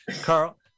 Carl